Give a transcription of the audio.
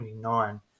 29